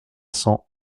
cents